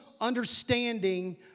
understanding